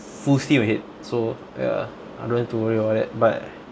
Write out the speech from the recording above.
full steam ahead so ya I don't have to worry all that but